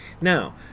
Now